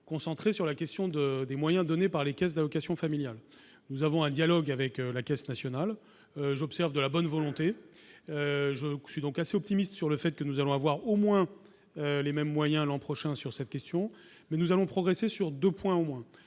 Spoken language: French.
attentif aussi à la question des moyens donnés par les caisses d'allocations familiales. Nous menons un dialogue avec la caisse nationale, et j'observe de la bonne volonté. Je suis donc assez optimiste sur le fait que nous aurons au moins les mêmes moyens l'an prochain sur cette question. Toutefois, nous allons progresser sur deux points au moins.